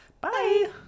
Bye